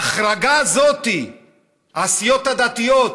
בהחרגה הזאת הסיעות הדתיות,